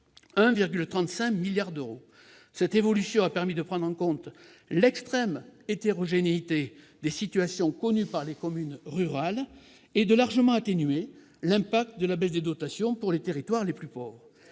1,35 milliard d'euros. Cette évolution a permis de prendre en compte l'extrême hétérogénéité des situations connues par les communes rurales, et d'atténuer largement l'incidence de la baisse des dotations pour les territoires les plus pauvres.